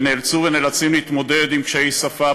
נאלצו ונאלצים להתמודד עם קשיי שפה,